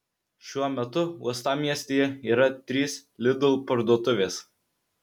šiuo metu uostamiestyje yra trys lidl parduotuvės